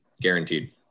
guaranteed